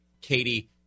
Katie